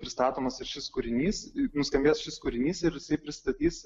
pristatomas ir šis kūrinys nuskambės šis kūrinys ir pristatys